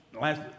last